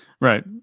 Right